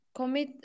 commit